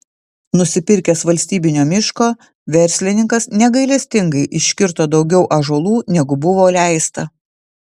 nusipirkęs valstybinio miško verslininkas negailestingai iškirto daugiau ąžuolų negu buvo leista